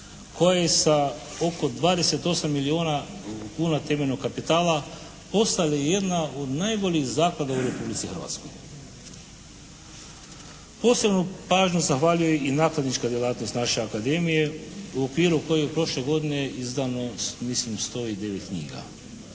koje sa oko 28 milijuna kuna temeljnog kapitala postali jedna od najboljih zaklada u Republici Hrvatskoj. Posebnu pažnju zahvaljujem i nakladničkoj djelatnosti naše Akademije u okviru koje prošle godine izdano mislim 109 knjiga